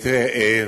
תראה,